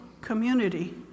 community